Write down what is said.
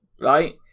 right